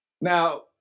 Now